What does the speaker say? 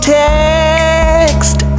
text